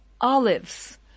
olives